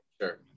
Sure